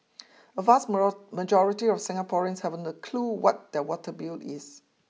a vast majority of Singaporeans haven't a clue what their water bill is